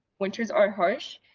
winters are harsh,